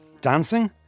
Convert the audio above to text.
dancing